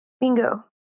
Bingo